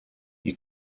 you